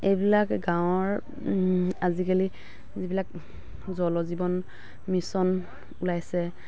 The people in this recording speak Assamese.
এইবিলাক গাঁৱৰ আজিকালি যিবিলাক জলজীৱন মিছন উলাইছে